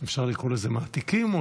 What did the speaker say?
אפשר לקרוא לזה "מעתיקים" או,